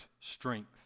strength